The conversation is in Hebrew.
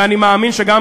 ואני מאמין שגם